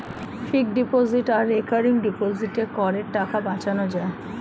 fixed deposit আর recurring ডিপোজিটে করের টাকা বাঁচানো যায়